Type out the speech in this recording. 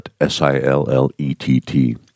S-I-L-L-E-T-T